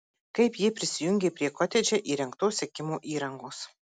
kaip jie prisijungė prie kotedže įrengtos sekimo įrangos